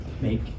make